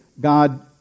God